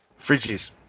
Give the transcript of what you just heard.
Fridges